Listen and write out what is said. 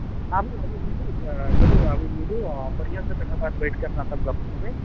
आबू मिलू जरुर आबू मिलू आ बढ़िऑं सॅं तकर बाद बैठ कऽ अपना सब गप्प करबै